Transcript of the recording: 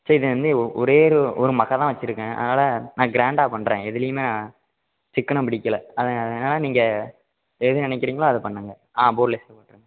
சரி வந்து ஒரே ஒரு ஒரு மகள் தான் வச்சிருக்கேன் அதனால் நான் க்ராண்டாக பண்ணுறேன் எதுலேயுமே சிக்கனம் பிடிக்கலை அது அதனால் நீங்கள் எது நினைக்கிறீங்களோ அதை பண்ணுங்கள் ஆ போன்லெஸ்ஸே போட்டிருங்க